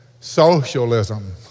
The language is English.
socialism